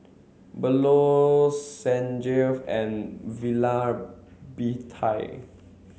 Bellur Sanjeev and Vallabhbhai